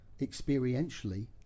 experientially